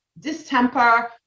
distemper